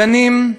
גנים,